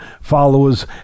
followers